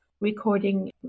recording